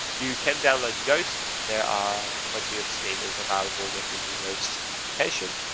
you can download yoast. there are plenty of scape is available within the yoast application.